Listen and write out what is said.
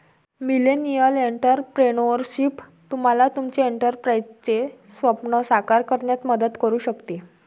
millennial entrepreneurship तुम्हाला तुमचे एंटरप्राइझचे स्वप्न साकार करण्यात मदत करू शकते